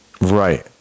Right